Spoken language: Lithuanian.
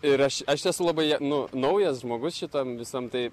ir aš aš esu labai nu naujas žmogus šitam visam tai